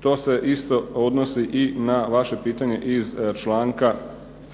To se isto odnosi i na vaše pitanje iz članka 8.